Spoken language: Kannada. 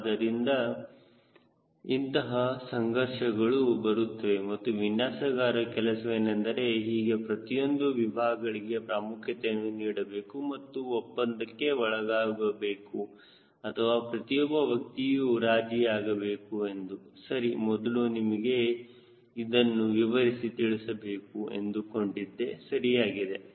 ಆದ್ದರಿಂದ ಇಂತಹ ಸಂಘರ್ಷಗಳು ಬರುತ್ತವೆ ಮತ್ತು ವಿನ್ಯಾಸಗಾರರ ಕೆಲಸವೇನೆಂದರೆ ಹೇಗೆ ಪ್ರತಿಯೊಂದು ವಿಭಾಗಗಳಿಗೆ ಪ್ರಾಮುಖ್ಯತೆಯನ್ನು ನೀಡಬೇಕು ಮತ್ತು ಒಪ್ಪಂದಕ್ಕೆ ಒಳಗಾಗಬೇಕು ಅಥವಾ ಪ್ರತಿಯೊಬ್ಬ ವ್ಯಕ್ತಿಯೂ ರಾಜಿಯಾಗಬೇಕು ಎಂದು ಸರಿ ಮೊದಲು ನಿಮಗೆ ಇದನ್ನು ವಿವರಿಸಿ ತಿಳಿಸಬೇಕು ಎಂದುಕೊಂಡಿದ್ದೆ ಸರಿಯಾಗಿದೆ